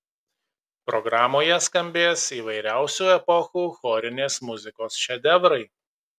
programoje skambės įvairiausių epochų chorinės muzikos šedevrai